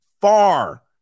far